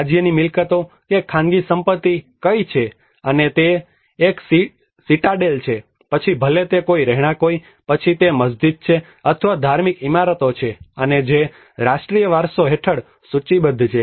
રાજ્યની મિલકતો કે ખાનગી સંપત્તિ કઇ છે અને તે એક સીટાડેલ છે પછી ભલે તે કોઈ રહેણાંક હોય પછી તે મસ્જિદ છે અથવા ધાર્મિક ઇમારતો છે અને જે રાષ્ટ્રીય વારસો હેઠળ સૂચિબદ્ધ છે